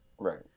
Right